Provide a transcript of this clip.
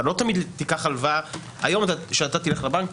אם אתה תלך לבנק היום לקחת את ההלוואה,